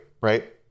Right